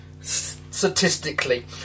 Statistically